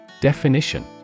Definition